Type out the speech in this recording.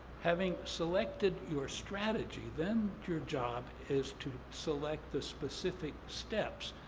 having selected your strategy, then your job is to select the specific steps,